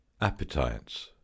appetites